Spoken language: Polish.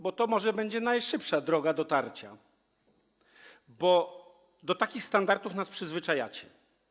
bo to może będzie najszybsza droga dotarcia, bo do takich standardów nas przyzwyczajacie.